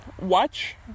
watch